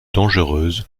dangereuses